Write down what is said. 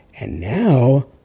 and now,